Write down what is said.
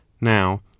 now